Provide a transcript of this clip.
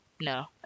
No